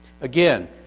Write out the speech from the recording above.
Again